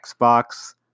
Xbox